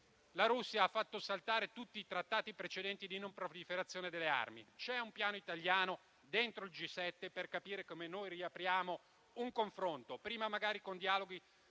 La Russia ha fatto saltare tutti i trattati precedenti di non proliferazione delle armi. C'è un piano italiano dentro il G7 per capire come riaprire un confronto, magari prima con dialoghi